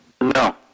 No